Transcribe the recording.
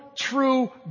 true